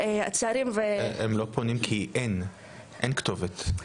הם לא פונים כי אין כתובת.